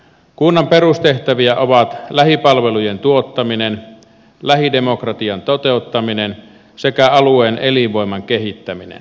kunnan perustehtäviä ovat lähipalvelujen tuottaminen lähidemokratian toteuttaminen sekä alueen elinvoiman kehittäminen